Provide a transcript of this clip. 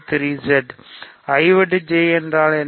I வெட்டு J என்றால் என்ன